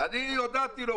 אני הודעתי לו.